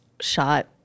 shot